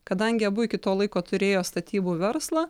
kadangi abu iki to laiko turėjo statybų verslą